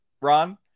Ron